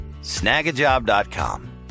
Snagajob.com